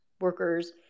workers